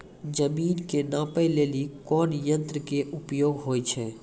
जमीन के नापै लेली कोन यंत्र के उपयोग होय छै?